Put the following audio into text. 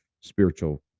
spiritual